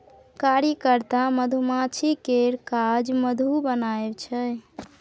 कार्यकर्ता मधुमाछी केर काज मधु बनाएब छै